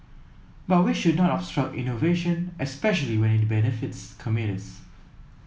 but we should not obstruct innovation especially when it benefits commuters